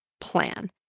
plan